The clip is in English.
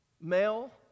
male